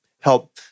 help